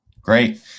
Great